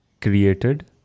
created